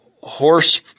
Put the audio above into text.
Horse